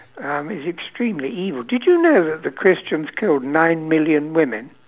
um it's extremely evil did you know that the christians killed nine million women